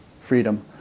freedom